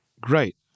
great